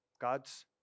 God's